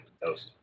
toast